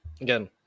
again